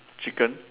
chicken